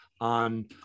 on